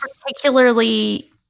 particularly